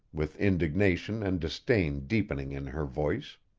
with indignation and disdain deepening in her voice.